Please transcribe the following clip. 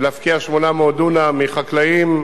ולהפקיע 800 דונם מחקלאים,